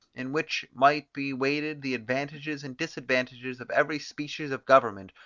in which might be weighed the advantages and disadvantages of every species of government,